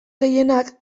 gehienak